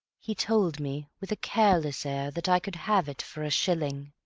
he told me with a careless air that i could have it for a shilling.